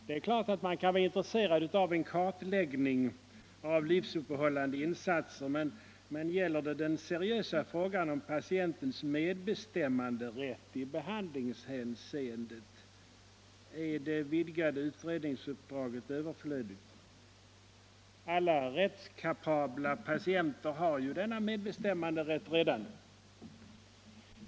Det är klart att man kan vara intresserad av en kartläggning av livsuppehållande insatser, men gäller det den seriösa frågan om patientens medbestämmanderätt i behandlingshänseende är det vidgade utredningsuppdraget överflödigt. Alla rättskapabla patienter har ju redan denna medbestämmanderätt.